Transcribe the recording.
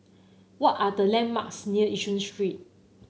what are the landmarks near Yishun Street